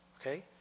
Okay